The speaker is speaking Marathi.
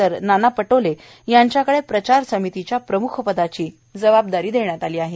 तर नाना पटोले यांच्याकडे प्रचार समितीच्या प्रम्ख पदाची जबाबदारी देण्यात आली आहे